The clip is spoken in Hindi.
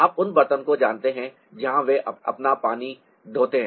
आप उन बर्तनों को जानते हैं जहां वे अपना पानी ढोते हैं